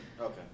Okay